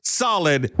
solid